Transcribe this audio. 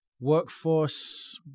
workforce